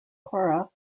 cora